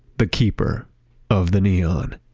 the keeper of the neon